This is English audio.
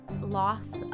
loss